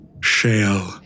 Shale